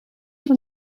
van